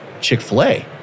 Chick-fil-A